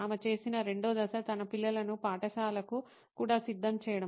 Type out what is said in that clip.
ఆమె చేసిన రెండో దశ తన పిల్లలను పాఠశాలకు కూడా సిద్ధం చేయడం